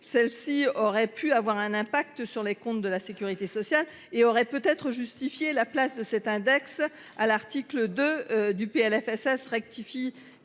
celle-ci aurait pu avoir un impact sur les comptes de la Sécurité sociale et aurait peut être justifié la place de cet index à l'article 2 du PLFSS rectifie